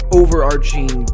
overarching